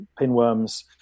pinworms